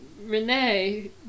Renee